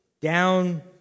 down